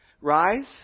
Rise